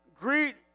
greet